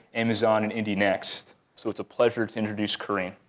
amazon, and indy next. so it's a pleasure to introduce carine.